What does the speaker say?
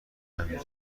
نمیر